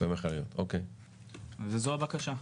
וזו הבקשה,